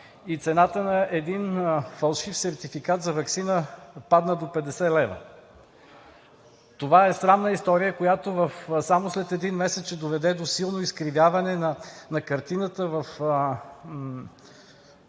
– цената на един фалшив сертификат за ваксина падна до 50 лв. Това е срамна история, която само след един месец ще доведе до силно изкривяване на картината на